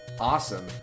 awesome